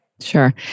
Sure